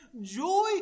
joy